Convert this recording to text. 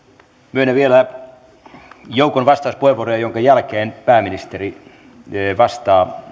myönnän vielä joukon vastauspuheenvuoroja joiden jälkeen pääministeri vastaa